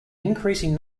increasing